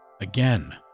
Again